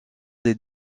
des